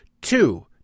two